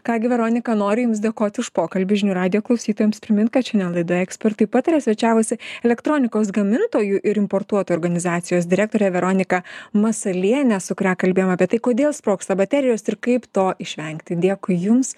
ką gi veronika noriu jums dėkoti už pokalbį žinių radijo klausytojams primint kad šiandien laidoje ekspertai pataria svečiavosi elektronikos gamintojų ir importuotojų organizacijos direktorė veronika masalienė su kuria kalbėjom apie tai kodėl sprogsta baterijos ir kaip to išvengti dėkui jums